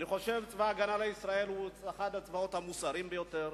אני חושב שצבא-הגנה לישראל הוא אחד הצבאות המוסריים ביותר.